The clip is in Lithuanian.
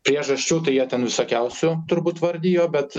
priežasčių tai jie ten visokiausių turbūt vardijo bet